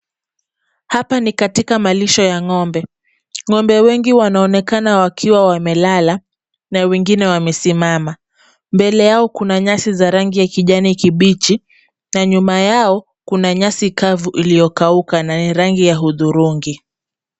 Hapa ni katika malisho ya ng'ombe. Ng'ombe wengi wanaonekana wakiwa wamelala na wengine wamesimama. Mbele yao kuna nyasi za rangi ya kijani kibichi na nyuma yao kuna nyasi kavu iliyokauka na ya rangi ya hudhurungi.